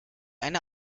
eine